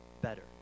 better